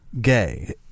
gay